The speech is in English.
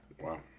Wow